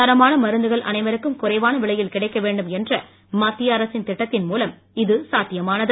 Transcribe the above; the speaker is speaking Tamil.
தரமான மருந்துகள் அனைவருக்கும் குறைவான விலையில் கிடைக்க வேண்டும் என்ற மத்திய அரசின் திட்டத்தின் மூலம் இது சாத்தியமானது